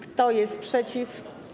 Kto jest przeciw?